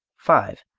five.